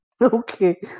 Okay